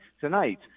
tonight